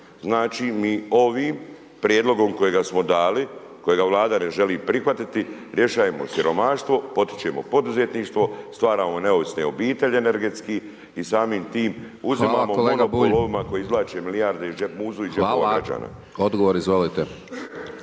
Znači mi ovim prijedlogom kojega smo dali, kojega Vlada ne želi prihvatiti, rješavamo siromaštvo, potičemo poduzetništvo, stvaramo neovisne obitelji energetski i samim tim uzimamo … /Upadica Hajdaš Dončić: Hvala kolega